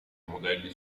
modelli